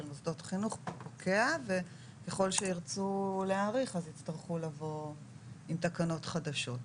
מוסדות חינוך פוקע וככל שירצו להאריך אז יצטרכו לבוא עם תקנות חדשות.